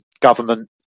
government